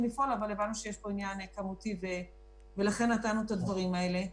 לפעול אבל יש פה עניין כמותי ולכן נתנו את הדברים האלה.